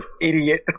Idiot